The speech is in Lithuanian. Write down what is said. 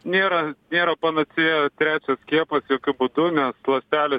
nėra nėra panacėja trečias skiepas jokiu būdu nes ląstelės